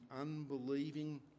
unbelieving